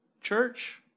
church